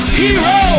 hero